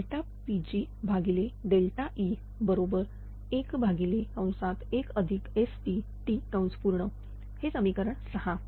PgE11STt हे समीकरण 6